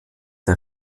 der